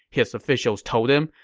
his officials told him.